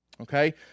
Okay